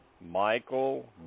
Michael